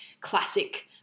classic